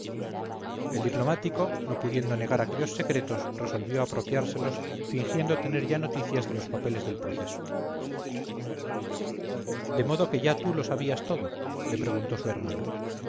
el diplomático no pudiendo negar aquellos secretos resolvió apropiárselos fingiendo tener ya noticias de los papeles del proceso de modo que ya tú lo sabías todo le preguntó su hermana